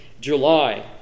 July